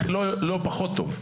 רק לא פחות טוב,